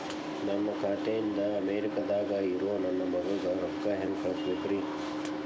ನನ್ನ ಖಾತೆ ಇಂದ ಅಮೇರಿಕಾದಾಗ್ ಇರೋ ನನ್ನ ಮಗಗ ರೊಕ್ಕ ಹೆಂಗ್ ಕಳಸಬೇಕ್ರಿ?